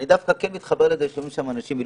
אני דווקא מתחבר לזה שישבו שם מילואימניקים